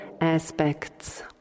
aspects